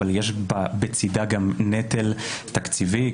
אבל יש בצדה גם נטל תקציבי.